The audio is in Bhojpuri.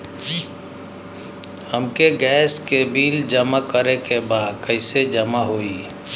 हमके गैस के बिल जमा करे के बा कैसे जमा होई?